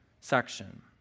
section